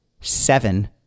Seven